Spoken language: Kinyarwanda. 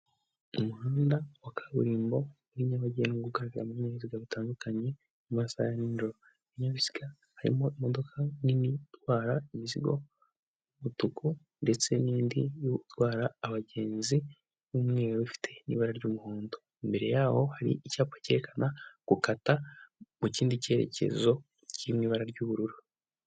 Umuhanda wa kaburimbo uri nyabagendwa ugaragaramo ibinyabiziga bitandukanye, mu masaha ya ninjoro. Ibinyabiziga harimo imodoka nini itwara imizigo y'umutuku ndetse n'indi y'utwara abagenzi y'umweru ifite n'ibara ry'umuhondo. Imbere yaho hari icyapa cyerekana gukata mu kindi cyerekezo kiri mu ibara ry'ubururu.